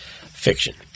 Fiction